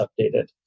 updated